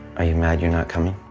are you mad you're not coming?